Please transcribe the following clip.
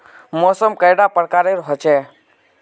मौसम कैडा प्रकारेर होचे?